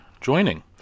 joining